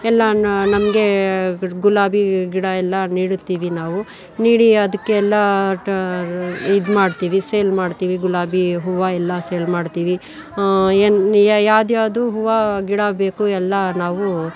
ನ ನಮಗೆ ಗು ಗುಲಾಬಿ ಗಿಡ ಎಲ್ಲ ನೆಡುತ್ತೀವಿ ನಾವು ನೀಡಿ ಅದಕ್ಕೆ ಎಲ್ಲ ಇದು ಮಾಡ್ತೀವಿ ಸೇಲ್ ಮಾಡ್ತೀವಿ ಗುಲಾಬಿ ಹೂವು ಎಲ್ಲ ಸೇಲ್ ಮಾಡ್ತೀವಿ ಏನು ಯಾವ ಯಾವ್ದ್ಯಾವ್ದು ಹೂವ ಗಿಡ ಬೇಕೋ ಎಲ್ಲ ನಾವು